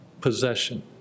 possession